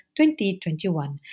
2021